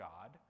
God